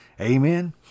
Amen